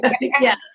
Yes